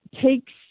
takes